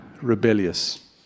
rebellious